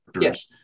Yes